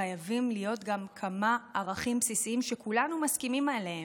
חייבים להיות גם כמה ערכים בסיסיים שכולנו מסכימים עליהם,